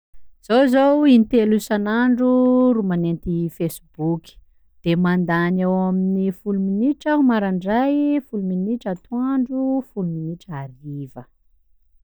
Zaho zô in-telo isan'andro ro manenty fesiboky, d mandany eo amin'ny folo minitra aho marandray, folo minitra atoandro, folo minitra ariva.